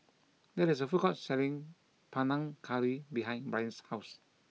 there is a food court selling Panang Curry behind Bryant's house